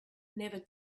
never